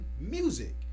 music